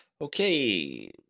okay